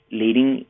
leading